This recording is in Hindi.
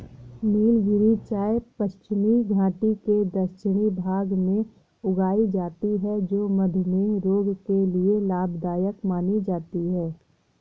नीलगिरी चाय पश्चिमी घाटी के दक्षिणी भाग में उगाई जाती है जो मधुमेह रोग के लिए लाभदायक मानी जाती है